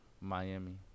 miami